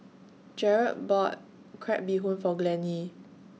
Jered bought Crab Bee Hoon For Glennie